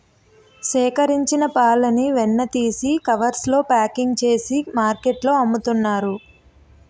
సేకరించిన పాలని వెన్న తీసి కవర్స్ లో ప్యాకింగ్ చేసి మార్కెట్లో అమ్ముతున్నారు